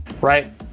right